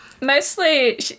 Mostly